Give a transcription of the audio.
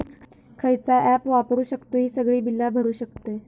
खयचा ऍप वापरू शकतू ही सगळी बीला भरु शकतय?